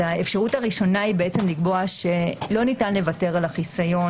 האפשרות הראשונה היא לקבוע שלא ניתן לוותר על החיסיון